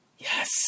Yes